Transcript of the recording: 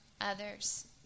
others